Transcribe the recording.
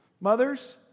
Mothers